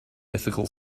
mythical